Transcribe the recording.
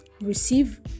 receive